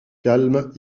calme